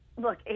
Look